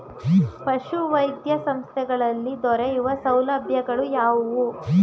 ಪಶುವೈದ್ಯ ಸಂಸ್ಥೆಗಳಲ್ಲಿ ದೊರೆಯುವ ಸೌಲಭ್ಯಗಳು ಯಾವುವು?